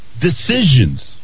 decisions